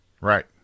Right